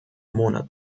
monat